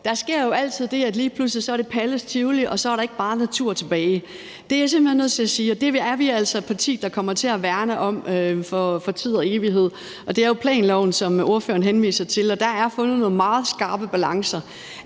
Der sker jo altid det, at lige pludselig er det Palles Tivoli, og så er der ikke meget natur tilbage. Det er jeg simpelt hen nødt til at sige. Det er vi altså et parti der kommer til at værne om for tid og evighed. Det er jo planloven, som ordføreren henviser til. Der er fundet nogle meget skarpe balancer.